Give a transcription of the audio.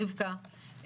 רבקה,